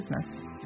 business